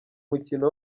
mukino